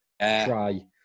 try